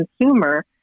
consumer